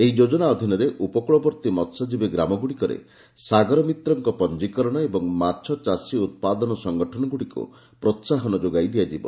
ଏହି ଯୋଜନା ଅଧୀନରେ ଉପକୂଳବର୍ତ୍ତୀ ମହ୍ୟଜୀବୀ ଗ୍ରାମଗୁଡ଼ିକରେ ସାଗର ମିତ୍ରଙ୍କ ପଞ୍ଚିକରଣ ଏବଂ ମାଛଚାଷୀ ଉପାଦନ ସଂଗଠନଗୁଡ଼ିକୁ ପ୍ରୋସାହନ ଯୋଗାଇ ଦିଆଯିବ